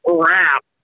crap